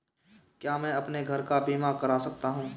क्या मैं अपने घर का बीमा करा सकता हूँ?